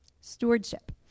stewardship